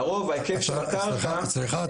לרוב ההיקף של הקרקע --- סליחה,